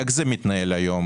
איך זה מתנהל היום,